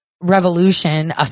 revolution